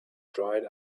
dried